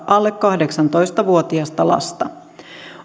alle kahdeksantoista vuotiasta lasta